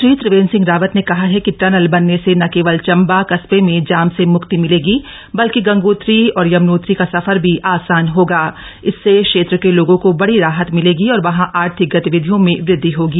मुख्यमंत्री त्रिवेन्द्र सिंह राव्रत ने कह है कि टनल बनने से न केवल चम्ब कस्बे में जाम से मुक्ति मिलेगी बल्कि गंगोत्री और यमुनोत्री क सफर भी आसाम होग इससे क्षेत्र को लोगों को बड़ी राहत मिलगी और वहां आर्थिक गतिविधियों में वृदधि होगी